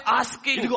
asking